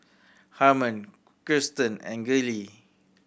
Harman Kirsten and Gillie